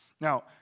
Now